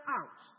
out